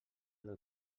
del